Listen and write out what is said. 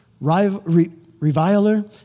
reviler